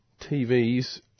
TV's